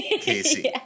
Casey